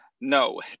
no